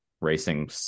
racing